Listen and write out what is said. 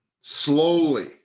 slowly